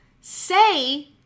say